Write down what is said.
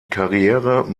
karriere